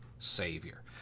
Savior